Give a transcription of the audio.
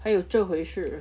还有这回事